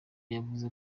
yavuze